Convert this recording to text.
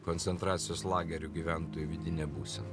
koncentracijos lagerių gyventojų vidinę būsen